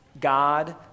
God